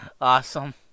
Awesome